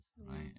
right